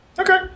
okay